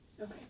Okay